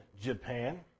Japan